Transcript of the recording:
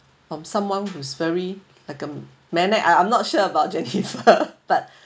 from someone who's very like a magnet I I'm not sure about jennifer but